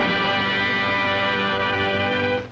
and